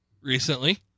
recently